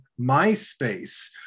MySpace